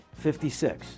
56